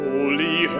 Holy